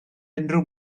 unrhyw